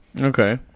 Okay